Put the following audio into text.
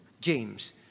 James